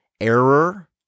error